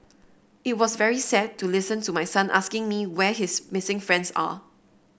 it was very sad to listen to my son asking me where his missing friends are